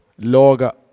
Loga